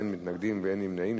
אין מתנגדים ואין נמנעים.